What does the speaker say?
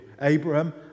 Abraham